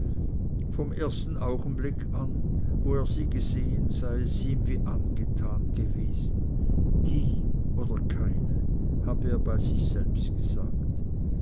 vom ersten augenblick an wo er sie gesehen sei es ihm wie angetan gewesen die oder keine habe er bei sich selbst gesagt